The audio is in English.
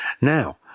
Now